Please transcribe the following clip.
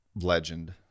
legend